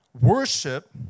Worship